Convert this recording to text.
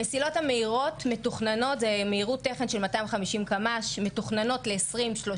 המסילות המהירות מתוכננות מהירות תכן של 250 קמ"ש ל-2033.